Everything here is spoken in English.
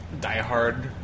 diehard